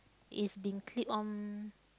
is being clip on